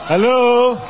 Hello